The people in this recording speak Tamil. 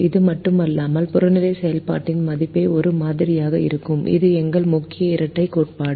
அது மட்டுமல்லாமல் புறநிலை செயல்பாட்டின் மதிப்பு ஒரே மாதிரியாக இருக்கும் இது எங்கள் முக்கிய இரட்டைக் கோட்பாடு